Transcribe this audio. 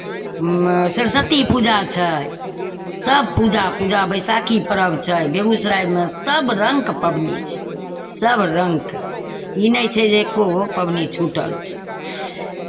सरस्वती पूजा छै सभ पूजा पूजा बैशाखी पर्व छै बेगूसरायमे सभ रङ्गके पाबनि छै सभ रङ्गके ई नहि छै जे एक्को पाबनि छूटल छै